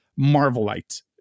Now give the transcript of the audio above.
Marvelite